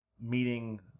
meeting